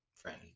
friend